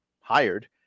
hired